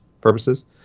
purposes